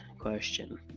question